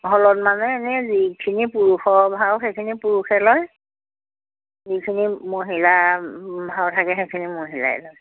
হলত মানে এনেই যিখিনি পুৰুষৰ ভাও সেইখিনি পুৰুষে লয় যিখিনি মহিলাৰ ভাও থাকে সেইখিনি মহিলাই লয়